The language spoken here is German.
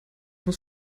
muss